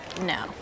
No